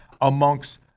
amongst